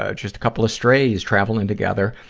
ah just a couple of strays, travelling together.